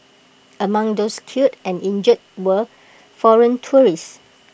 among those killed and injured were foreign tourists